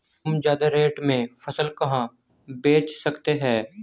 हम ज्यादा रेट में फसल कहाँ बेच सकते हैं?